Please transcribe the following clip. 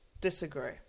Disagree